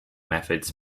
methods